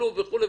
פישלו וכולי,